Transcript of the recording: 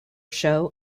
show